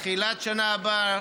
תחילת שנה הבאה,